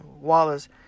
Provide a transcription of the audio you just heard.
Wallace